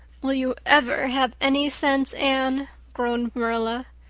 will you ever have any sense, anne? groaned marilla.